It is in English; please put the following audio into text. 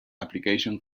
application